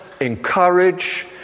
encourage